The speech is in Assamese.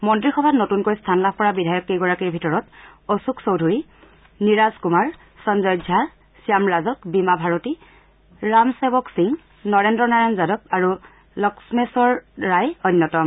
মন্ত্ৰীসভাত নতুনকৈ স্থান লাভ বিধায়ক কেইগৰাকীৰ ভিতৰত অশোক চৌধুৰী নিৰাজ কুমাৰ সঞ্জয় ঝা শ্যাম ৰাজক বীমা ভাৰতী ৰাম সেৱক সিং নৰেন্দ্ৰ নাৰায়ণ যাদৱ আৰু লক্ষ্মেধৰ ৰায় অন্যতম